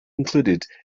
included